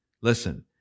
Listen